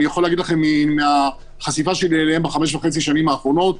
אני יכול להגיד לכם מהחשיפה שלי אליהם בחמש וחצי שנים האחרונות,